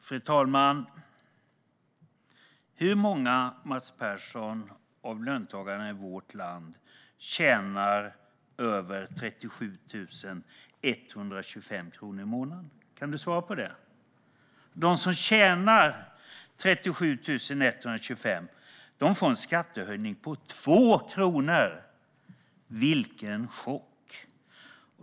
Fru ålderspresident! Hur många av löntagarna i vårt land tjänar över 37 125 kronor i månaden, Mats Persson? Kan du svara på det? De som tjänar 37 125 kronor får en skattehöjning på 2 kronor. Vilken chock!